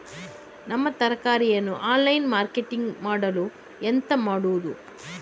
ನಮ್ಮ ತರಕಾರಿಯನ್ನು online marketing ಮಾಡಲು ಎಂತ ಮಾಡುದು?